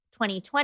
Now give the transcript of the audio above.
2020